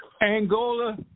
Angola